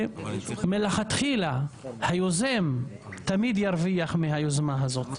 שמלכתחילה היוזם תמיד ירוויח מהיוזמה הזאת,